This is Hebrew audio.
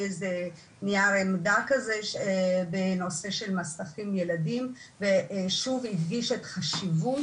איזה נייר עמדה כזה בנושא של מסכים לילדים ושוב הדגיש את החשיבות,